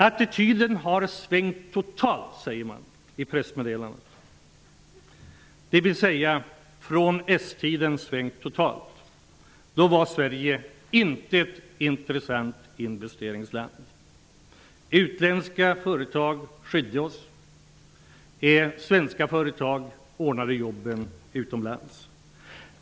Attityden har svängt totalt, säger man i sitt pressmeddelande; dvs. den har sedan s-tiden svängt totalt. Då var Sverige inte ett intressant investeringsland. Utländska företag skydde oss. Svenska företag ordnade jobben utomlands.